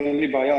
אין לי בעיה,